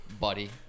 buddy